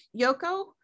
Yoko